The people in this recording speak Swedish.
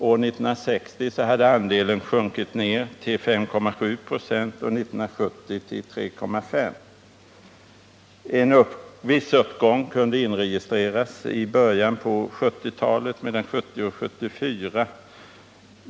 År 1960 hade andelen sjunkit till 5,7 96 och 1970 till 3,5 96. En viss uppgång kunde registreras i början på 1970-talet, mellan 1970 och 1974.